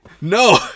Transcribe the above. No